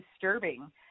disturbing